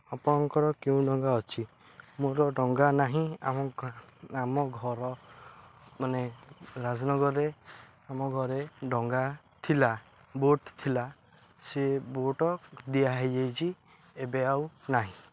ଆପଣଙ୍କର କେଉଁ ଡଙ୍ଗା ଅଛି ମୋର ଡଙ୍ଗା ନାହିଁ ଆମ ଆମ ଘର ମାନେ ରାଜନଗରରେ ଆମ ଘରେ ଡଙ୍ଗା ଥିଲା ବୋଟ୍ ଥିଲା ସେ ବୋଟ୍ ଦିଆହୋଇଯାଇଛି ଏବେ ଆଉ ନାହିଁ